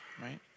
Right